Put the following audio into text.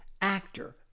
actor